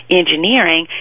engineering